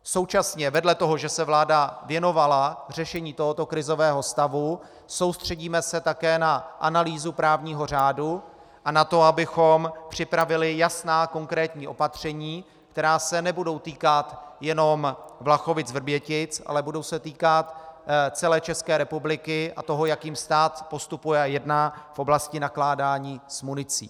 Současně vedle toho, že se vláda věnovala řešení tohoto krizového stavu, soustředíme se také na analýzu právního řádu a na to, abychom připravili jasná konkrétní opatření, která se nebudou týkat jenom VlachovicVrbětic, ale budou se týkat celé České republiky a toho, jakým způsobem stát postupuje a jedná v oblasti nakládání s municí.